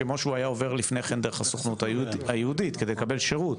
כמו שהוא היה עובר לפני כן דרך הסוכנות היהודית כדי לקבל שירות,